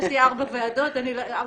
יש לי ארבע ועדות ומנהלת,